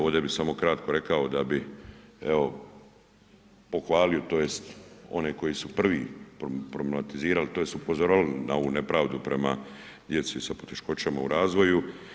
Ovdje bi samo kratko rekao da bi evo pohvalio tj. one koje su prvi problematizirali tj. upozoravali na ovu nepravdu prema djecu sa poteškoćama u razvoju.